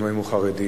הנואם הוא חרדי,